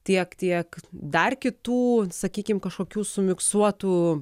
tiek tiek dar kitų sakykim kažkokių sumiksuotų